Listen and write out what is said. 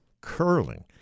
Curling